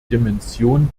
dimension